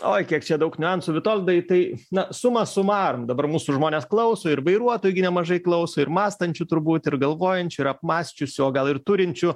oi kiek čia daug niuansų vitoldai tai na suma sumarum dabar mūsų žmonės klauso ir vairuotojų gi nemažai klauso ir mąstančių turbūt ir galvojančių ir apmąsčiusių o gal ir turinčių